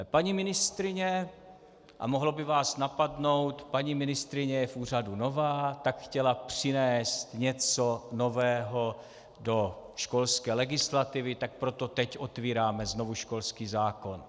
Paní ministryně, a mohlo by vás napadnout, paní ministryně je v úřadu nová, tak chtěla přinést něco nového do školské legislativy, tak proto teď otvíráme znovu školský zákon.